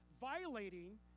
violating